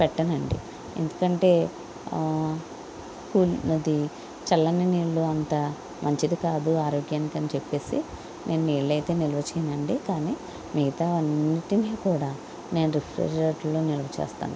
పెట్టనండి ఎందుకంటే అది చల్లని నీళ్లు అంత మంచిది కాదు ఆరోగ్యానికి అని చెప్పేసి నేను నీళ్ళైతే నిల్వ చేయను అండి కానీ మిగతా అన్నింటిని కూడా నేను రిఫ్రిజరేటర్లో నిల్వ చేస్తాను